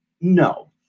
No